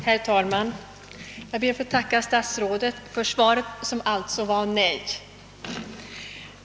Herr talman! Jag ber att få tacka statsrådet för svaret, som alltså var nej.